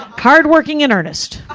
hardworking in earnest.